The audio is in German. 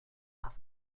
auf